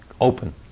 open